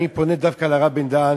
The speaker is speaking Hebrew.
אני פונה דווקא לרב בן-דהן,